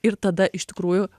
ir tada iš tikrųjų